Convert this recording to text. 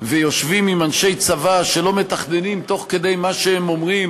ויושבים עם אנשי צבא שלא מתכננים תוך כדי מה שהם אומרים